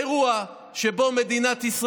אתם פוגעים במערכת המשפט,